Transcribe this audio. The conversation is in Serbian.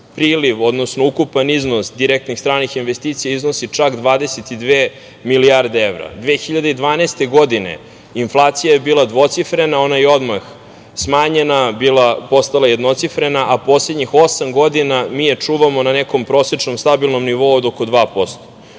priliv, odnosno ukupan iznos direktnih stranih investicija iznosi čak 22 milijarde evra. Godine 2012. inflacija je bila dvocifrena, ona je odmah smanjena, postala jednocifrena, a poslednjih osam godina mi je čuvamo na nekom prosečnom stabilnom nivou od oko 2%.Sve